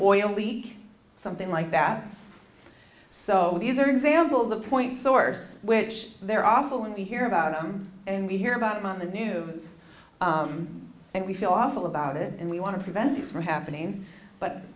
oil leak something like that so these are examples of point source which they're awful and we hear about them and we hear about it on the news and we feel awful about it and we want to prevent this from happening but